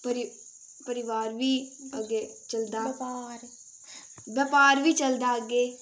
परि परिवार बी अग्गें चलदा व्यपार बी चलदा अग्गै